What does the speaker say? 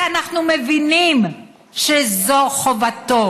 כי אנחנו מבינים שזאת חובתו